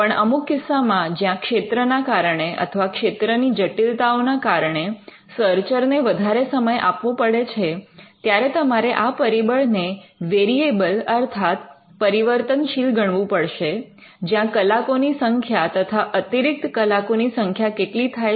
પણ અમુક કિસ્સામાં જ્યાં ક્ષેત્રના કારણે અથવા ક્ષેત્રની જટિલતાઓના કારણે સર્ચર ને વધારે સમય આપવો પડે છે ત્યારે તમારે આ પરિબળને વેરિયેબલ અર્થાત પરિવર્તનશીલ ગણવું પડશે જ્યાં કલાકોની સંખ્યા તથા અતિરિક્ત કલાકોની સંખ્યા કેટલી થાય છે